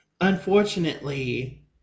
unfortunately